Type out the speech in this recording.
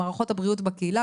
מערכות הבריאות בקהילה,